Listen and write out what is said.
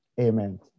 amen